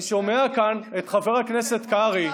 אני שומע כאן את חבר הכנסת קרעי,